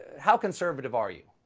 how conservative are you?